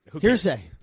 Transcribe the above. Hearsay